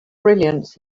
brilliance